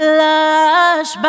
lush